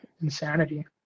insanity